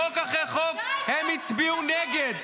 חוק אחרי חוק הם הצביעו נגד.